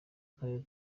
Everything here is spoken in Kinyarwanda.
akarere